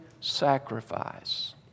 sacrifice